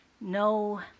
No